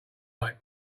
like